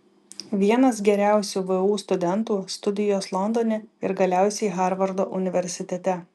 vienas geriausių vu studentų studijos londone ir galiausiai harvardo universitete